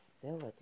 facility